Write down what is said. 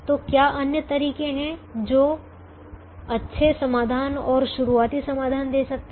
तो क्या अन्य तरीके हैं जो अच्छे समाधान और शुरुआती समाधान दे सकते हैं